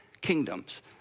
kingdoms